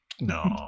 no